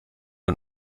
und